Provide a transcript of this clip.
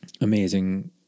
Amazing